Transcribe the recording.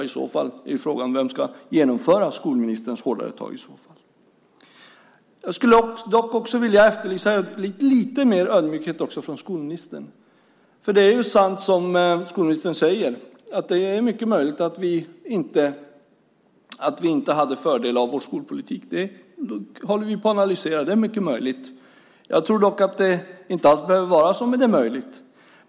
I så fall är frågan vem som ska genomföra skolministerns hårdare tag i skolan. Jag vill också efterlysa lite mer ödmjukhet från skolministern. Det är sant som skolministern säger, nämligen att det är mycket möjligt att vi inte hade fördel av vår skolpolitik. Det håller vi på att analysera. Det är mycket möjligt. Jag tror dock att det inte alls behöver vara så, men det är möjligt.